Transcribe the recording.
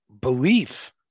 belief